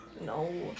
No